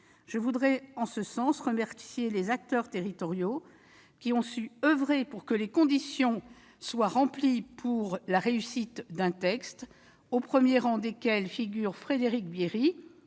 Je voudrais en ce sens remercier les acteurs territoriaux qui ont su oeuvrer pour que les conditions soient réunies pour la réussite de ce texte, au premier rang desquels figurent Frédéric Bierry,